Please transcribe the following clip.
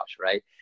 Right